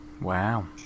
Wow